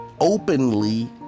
Openly